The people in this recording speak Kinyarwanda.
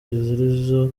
arizo